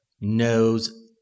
knows